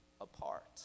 apart